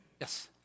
Yes